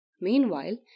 meanwhile